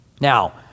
Now